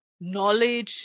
knowledge